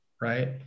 Right